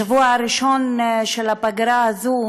בשבוע הראשון של הפגרה הזאת,